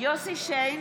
יוסף שיין,